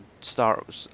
start